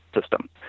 system